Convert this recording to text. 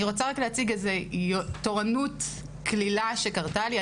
אני רוצה להציג תורנות קלילה שקרתה לי.